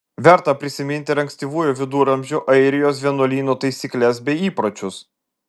verta prisiminti ir ankstyvųjų viduramžių airijos vienuolynų taisykles bei įpročius